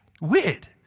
Weird